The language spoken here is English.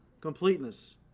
completeness